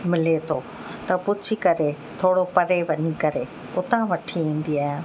मिले थो त पुछी करे थोरो परे वञी करे हुतां वठी ईंदी आहियां